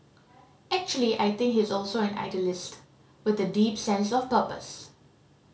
actually I think he is also an idealist with a deep sense of purpose